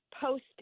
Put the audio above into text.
post